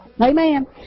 Amen